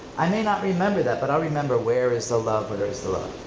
i may not remember that, but i'll remember where is the love, where is the love.